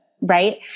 right